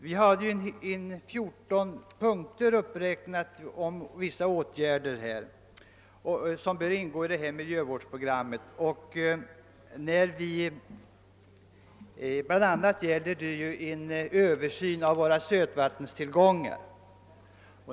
Vi har i 14 punkter räknat upp vissa åtgärder som bör ingå i ett miljövårdsprogram, och däri ingår bl.a. en översyn av vårt lands sötvattenstillgångar.